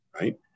Right